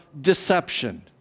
deception